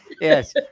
yes